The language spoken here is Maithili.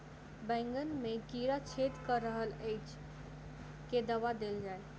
बैंगन मे कीड़ा छेद कऽ रहल एछ केँ दवा देल जाएँ?